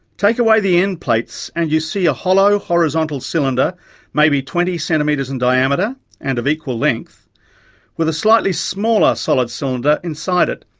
take away the end plates and you see a hollow horizontal cylinder maybe twenty centimetres in diameter and of equal length with a slightly smaller solid cylinder inside it,